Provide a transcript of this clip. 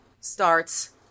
starts –